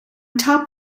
top